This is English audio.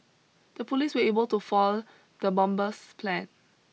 the police were able to fall the bomber's plan